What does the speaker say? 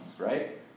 right